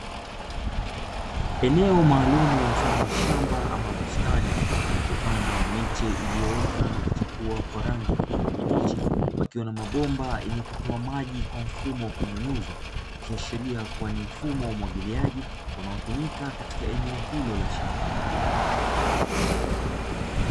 Eneo maalumu mfano wa shamba ama bustani, palipopandwa miche iliyoota na kuchipua kwa rangi ya kijani kibichi, pakiwa na mabomba yenye kutoa maji kwa mfumo wa kunyunyiza, ikiashiria kuwa ni mfumo wa umwagiliaji, unaotumika katika eneo hilo la shamba.